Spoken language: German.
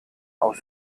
aus